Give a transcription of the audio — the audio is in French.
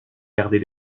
gardés